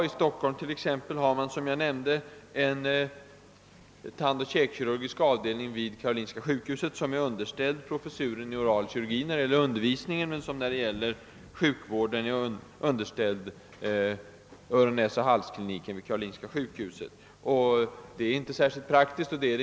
I t.ex. Stockholm har man som jag nämnde en tandoch käkkirurgisk avdelning vid Karolinska sjukhuset, vilken är underställd professorn i oral kirurgi när det gäller undervisningen men som i sjukvårdsavseende tillhör öronnäsoch halskliniken vid Karolinska sjukhuset. Detta är inte särskilt praktiskt.